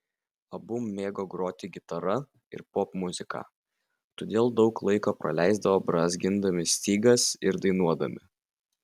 abu mėgo groti gitara ir popmuziką todėl daug laiko praleisdavo brązgindami stygas ir dainuodami